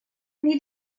need